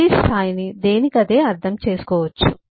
ప్రతి స్థాయిని దేనికదే అర్థం చేసుకోవచ్చు